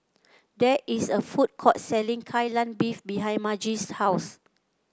there is a food court selling Kai Lan Beef behind Margie's house